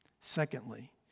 Secondly